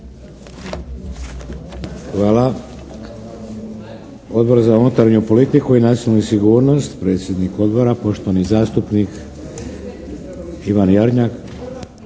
Hvala. Odbor za unutarnju politiku i nacionalnu sigurnost, predsjednik Odbora poštovani zastupnik Ivan Jarnjak.